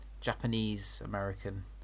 Japanese-American